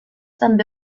també